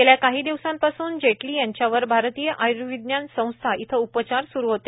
गेल्या काही दिवसांपासून जेटली यांच्यावर आरतीय आय्र्विज्ञान संस्था इथं उपचार स्रू होते